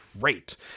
great